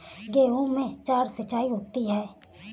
गेहूं में चार सिचाई होती हैं